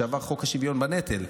כשעבר חוק השוויון בנטל,